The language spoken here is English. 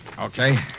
Okay